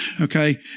Okay